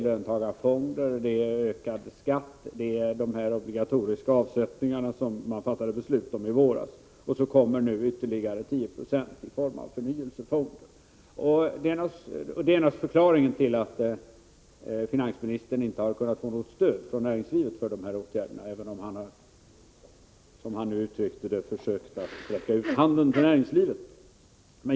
Löntagarfonderna, ökad beskattning, de obligatoriska avsättningar som man beslutade om i våras och nu ytterligare 10 26 i form av avsättning till förnyelsefond är förklaringen till att finansministern inte får något stöd från näringslivets sida för dessa åtgärder, även om finansministern, som han uttryckte det, försökt att sträcka ut handen till näringslivet.